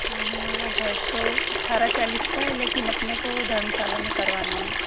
हमारा घर तो अठारह चालीस का है लेकिन अपने को धर्मशाला में करवाना है